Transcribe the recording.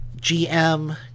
GM